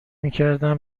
میکردم